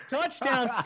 Touchdown